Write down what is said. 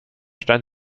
stand